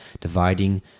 dividing